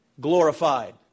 glorified